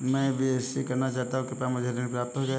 मैं बीएससी करना चाहता हूँ क्या मुझे ऋण प्राप्त हो जाएगा?